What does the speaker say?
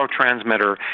neurotransmitter